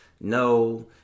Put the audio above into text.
No